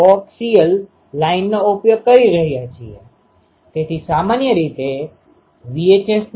આપણી પાસે બીજી કેટલીક પ્રકારની વસ્તુ હશે તમારામાંના કેટલાક લોકો તેને જાણતા હશે કે આપણે સામાન્ય રીતે તેને ચુંબકીય પ્રવાહ વગેરે કહીએ છીએ